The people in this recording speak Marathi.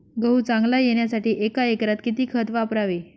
गहू चांगला येण्यासाठी एका एकरात किती खत वापरावे?